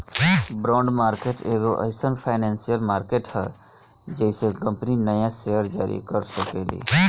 bond market एगो एईसन financial market ह जेइसे कंपनी न्या सेयर जारी कर सकेली